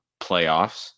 playoffs